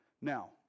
Now